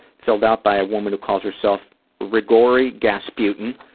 filled out by a woman who calls herself rigori gasputin,